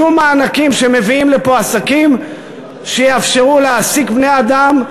שום מענקים שמביאים לפה עסקים שיאפשרו להעסיק בני-אדם,